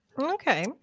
okay